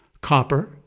copper